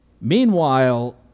meanwhile